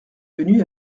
venu